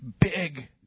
big